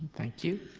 thank you.